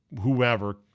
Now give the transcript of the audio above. whoever